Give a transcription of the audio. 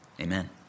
Amen